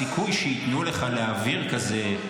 הסיכוי שייתנו לך להעביר קורס כזה,